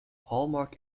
hallmark